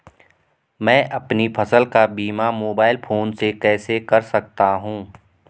मैं अपनी फसल का बीमा मोबाइल फोन से कैसे कर सकता हूँ?